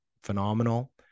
Phenomenal